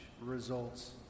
results